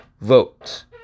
vote